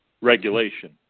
regulation